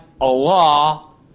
Allah